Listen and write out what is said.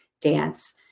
dance